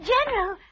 General